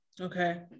Okay